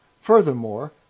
Furthermore